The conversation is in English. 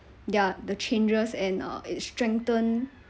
ya the changes and uh it strengthen